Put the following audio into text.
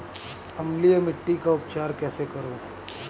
अम्लीय मिट्टी का उपचार कैसे करूँ?